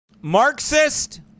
Marxist